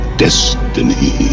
destiny